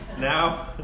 Now